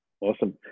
Awesome